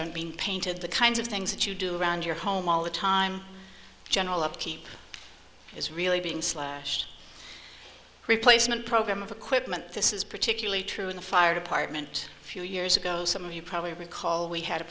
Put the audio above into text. aren't being painted the kinds of things that you do around your home all the time general upkeep is really being slashed replacement program of equipment this is particularly true in the fire department few years ago some of you probably recall we had a